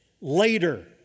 later